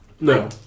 No